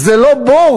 זה לא בור,